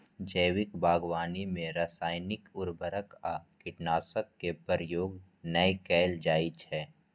जैविक बागवानी मे रासायनिक उर्वरक आ कीटनाशक के प्रयोग नै कैल जाइ छै